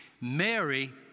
mary